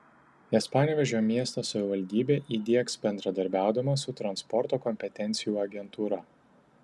jas panevėžio miesto savivaldybė įdiegs bendradarbiaudama su transporto kompetencijų agentūra